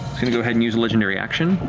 going to go ahead and use a legendary action,